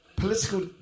political